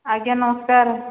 ଆଜ୍ଞା ନମସ୍କାର